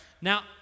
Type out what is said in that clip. Now